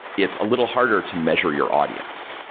it's a little harder to measure your audience,